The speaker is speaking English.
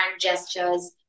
gestures